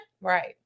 right